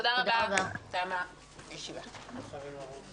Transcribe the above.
תודה רבה, הישיבה נעולה.